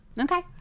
Okay